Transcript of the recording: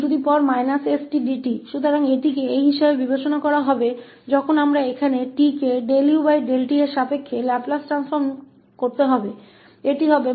तो इसे इस तरह माना जाएगा जब हम t यहाँ ut के संबंध में लैपलेस ट्रांसफ़ॉर्म ले रहे हैं यह −𝑢𝑥 0 𝑠𝑈𝑥 𝑠 होगा